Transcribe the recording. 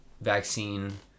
vaccine